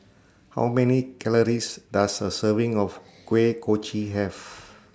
How Many Calories Does A Serving of Kuih Kochi Have